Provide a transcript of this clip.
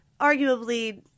arguably